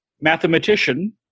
Mathematician